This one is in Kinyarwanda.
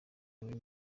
rurimi